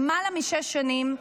למעלה משש שנים.